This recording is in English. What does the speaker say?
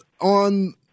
on